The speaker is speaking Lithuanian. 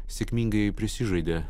sėkmingai prisižaidė